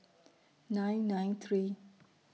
nine nine three